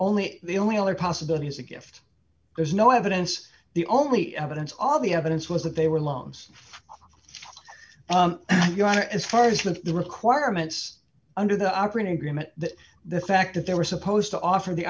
only the only other possibility is a gift there's no evidence the only evidence all the evidence was that they were loans as far as the requirements under the operating agreement that the fact that they were supposed to offer the